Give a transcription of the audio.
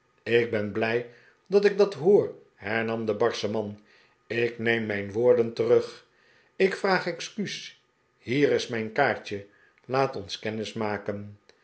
ik ben blij dat ik dat hoor hernam de barsche man ik neem mijn woorden terug ik vraag excuus hier is mijn kaartje laat ons